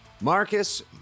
Marcus